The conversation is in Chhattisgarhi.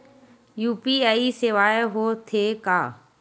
यू.पी.आई सेवाएं हो थे का?